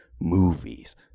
movies